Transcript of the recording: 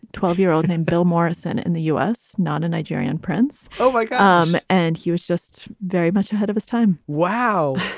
twelve year old named bill morrison in the u s, not a nigerian prince. so like um and he was just very much ahead of his time. wow.